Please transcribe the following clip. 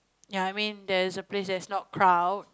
ya I mean there's a place there's not crowd